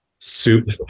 soup